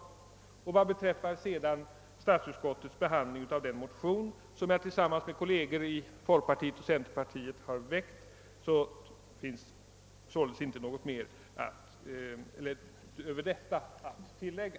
Vad sedan beträffar statsutskottets behandling av den motion som jag har väckt tillsammans med kolleger i folkpartiet och centerpartiet finns inte någonting att tillägga.